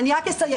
אני רק אסיים.